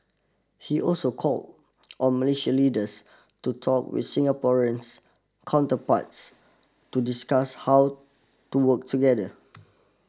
he also call on Malaysian leaders to talk with Singaporeans counterparts to discuss how to work together